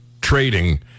trading